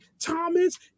Thomas